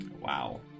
Wow